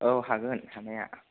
औ हागोन हानाया